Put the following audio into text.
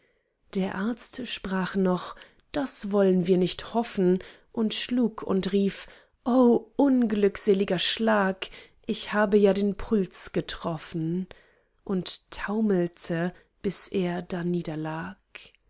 der arzt sprach noch das wollen wir nicht hoffen und schlug und rief o unglückselger schlag ich habe ja den puls getroffen und taumelte bis er